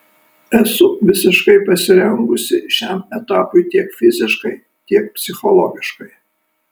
esu visiškai pasirengusi šiam etapui tiek fiziškai tiek psichologiškai